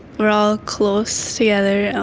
we're all close together. and